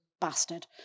bastard